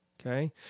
Okay